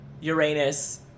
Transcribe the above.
uranus